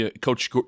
Coach